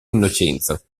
innocenza